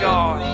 God